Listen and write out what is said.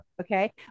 Okay